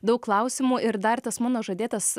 daug klausimų ir dar tas mano žadėtas